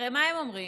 הרי מה הם אומרים?